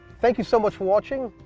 thank you so much for watching,